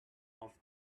off